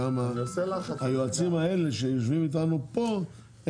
שם היועצים האלה שיושבים איתנו פה,